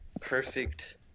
perfect